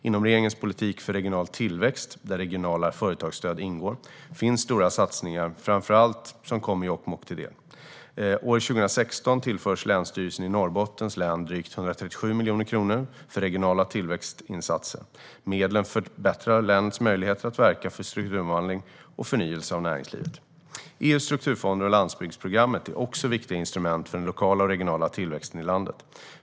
Inom regeringens politik för regional tillväxt, där regionala företagsstöd ingår, finns stora satsningar framöver som kommer Jokkmokk till del. År 2016 tillförs Länsstyrelsen i Norrbottens län drygt 137 miljoner kronor för regionala tillväxtinsatser. Medlen förbättrar länets möjlighet att verka för strukturomvandling och förnyelse av näringslivet. EU:s strukturfonder och landsbygdsprogrammet är också viktiga instrument för den lokala och regionala tillväxten i landet.